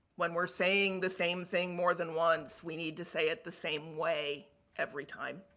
when we're saying the same thing more than once, we need to say it the same way every time.